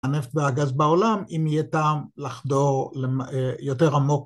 הנפט והגז בעולם, אם יהיה טעם לחדור למ... יותר עמוק.